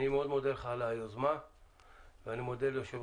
אני מאוד מודה לך על היוזמה ואני מודה ליו"ר